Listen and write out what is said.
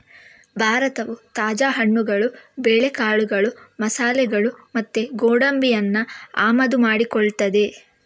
ಭಾರತವು ತಾಜಾ ಹಣ್ಣುಗಳು, ಬೇಳೆಕಾಳುಗಳು, ಮಸಾಲೆಗಳು ಮತ್ತೆ ಗೋಡಂಬಿಯನ್ನ ಆಮದು ಮಾಡಿಕೊಳ್ತದೆ